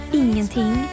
ingenting